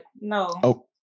No